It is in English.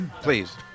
please